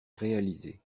réaliser